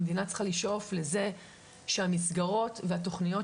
המדינה צריכה לשאוף לזה שהמסגרות והתוכניות